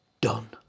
done